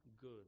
good